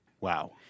Wow